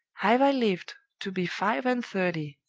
have i lived to be five-and-thirty,